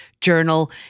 journal